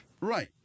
right